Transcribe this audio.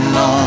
no